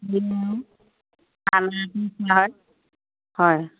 হয়